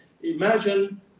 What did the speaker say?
Imagine